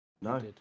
No